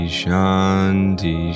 shanti